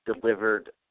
delivered